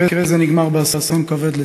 מקרה זה נגמר באסון כבד,